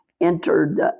entered